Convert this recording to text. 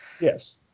yes